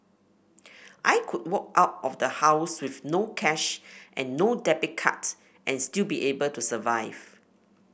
I could walk out of the house with no cash and no debit card and still be able to survive